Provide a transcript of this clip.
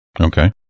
Okay